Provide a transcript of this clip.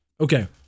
Okay